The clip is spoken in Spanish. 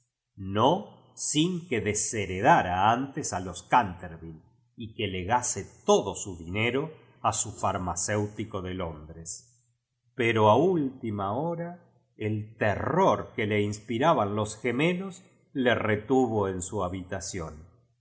mi sin que desheredara antes a los can ter ville y legase todo su dinero a su fariñaceiíiieo de londres pero a ultima hora el terror que le inspi raban los gemelos le retuvo en su habitación